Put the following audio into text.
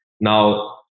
Now